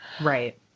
Right